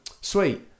Sweet